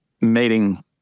meeting